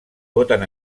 voten